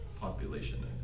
population